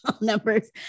numbers